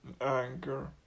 anger